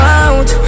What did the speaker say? out